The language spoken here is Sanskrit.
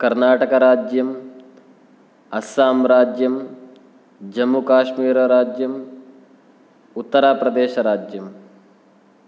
कर्नाटकराज्यम् अस्सम्राज्यम् जम्मुकाश्मीरराज्यम् उत्तराप्रदेशराज्यम्